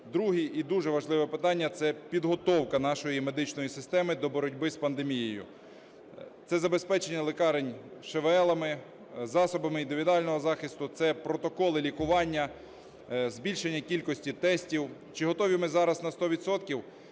Друге і дуже важливе питання - це підготовка нашої медичної системи до боротьби з пандемією. Це забезпечення лікарень ШВЛ, засобами індивідуального захисту, це протоколи лікування, збільшення кількості тестів. Чи готові ми зараз на сто